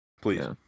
Please